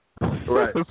right